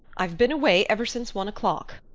i've been away ever since one o'clock,